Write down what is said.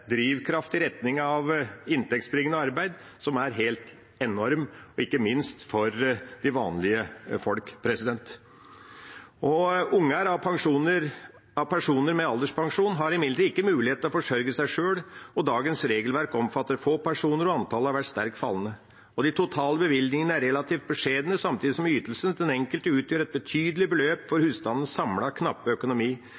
drivkraft i retning av inntektsbringende arbeid som er helt enorm, ikke minst for vanlige folk. Unger av personer med alderspensjon har imidlertid ikke mulighet til å forsørge seg sjøl. Dagens regelverk omfatter få personer, og antallet har vært sterkt fallende. De totale bevilgningene er relativt beskjedne, samtidig som ytelsen til den enkelte utgjør et betydelig beløp for